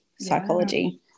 psychology